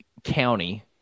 county